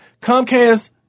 Comcast